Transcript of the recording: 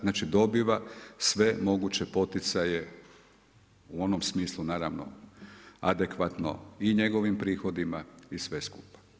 Znači, dobiva sve moguće poticaje u onom smislu naravno adekvatno i njegovim prihodima i sve skupa.